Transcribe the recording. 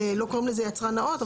לא קוראים לזה יצרן נאות,